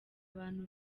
abantu